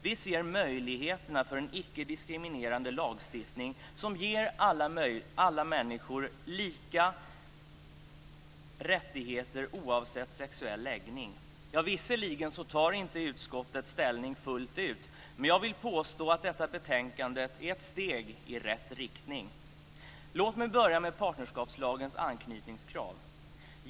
Vi ser möjligheterna för en icke-diskriminerande lagstiftning som ger alla människor samma rättigheter oavsett sexuell läggning. Visserligen tar inte utskottet ställning fullt ut, men jag vill påstå att detta betänkande är ett steg i rätt riktning. Låt mig börja med partnerskapslagens anknytningskrav.